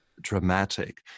dramatic